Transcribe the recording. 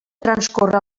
transcorre